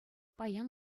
паян